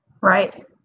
Right